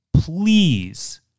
please